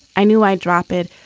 i knew i'd drop it,